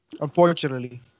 Unfortunately